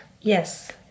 Yes